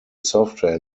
software